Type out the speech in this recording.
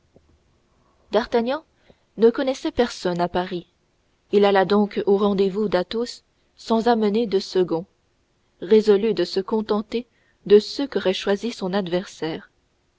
d'artagnan ne connaissait personne à paris il alla donc au rendez-vous d'athos sans amener de second résolu de se contenter de ceux qu'aurait choisis son adversaire